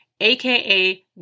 aka